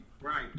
Right